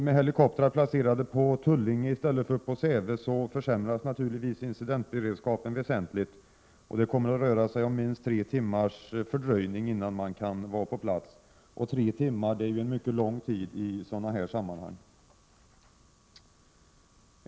Med helikoptrar placerade på Tullinge i stället för på Säve försämras naturligtvis incidentberedskapen väsentligt. Det kommer att röra sig om minst tre timmars fördröjning innan man kan vara på plats. Tre timmar är en mycket lång tid i sådana sammanhang.